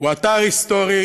הוא אתר היסטורי